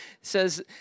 says